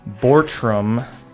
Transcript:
Bortram